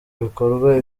bikorwa